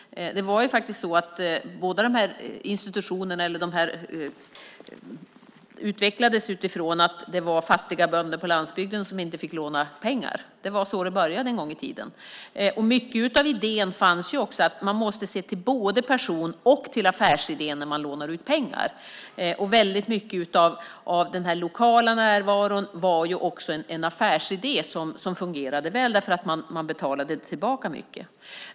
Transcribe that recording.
Båda dessa utvecklades ur att fattiga bönder på landsbygden inte fick låna pengar. Det var så det började en gång i tiden. Mycket av idén var att man måste se både till person och till affärsidé när man lånar ut pengar. Mycket av den lokala närvaron var också en affärsidé som fungerade väl eftersom man betalade tillbaka mycket.